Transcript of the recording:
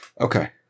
Okay